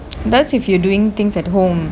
but that's if you're doing things at home